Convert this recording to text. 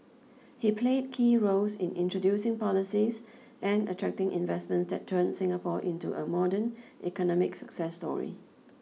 he played key roles in introducing policies and attracting investments that turned Singapore into a modern economic success story